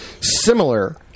similar